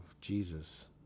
Jesus